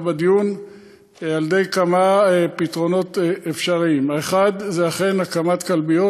בדיון על-ידי כמה פתרונות אפשריים: האחד זה אכן הקמת כלביות.